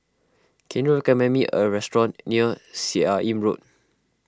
can you recommend me a restaurant near Seah Im Road